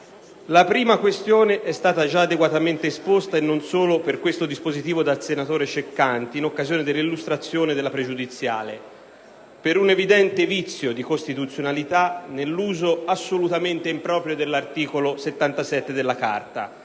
La prima questione è già stata adeguatamente esposta, e non solo per questo dispositivo, dal senatore Ceccanti in occasione dell'illustrazione della pregiudiziale, per un evidente vizio di costituzionalità nell'uso assolutamente improprio dell'articolo 77 della